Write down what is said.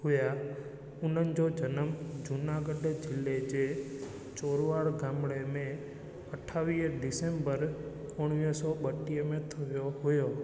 हुआ हुननि जो जनम जूनागढ़ ज़िले जे चोरवाड़ गामणे में अठावीह डिसेम्बर उणिवींह सौ ॿटीह में थियो हुओ